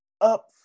up